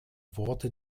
worte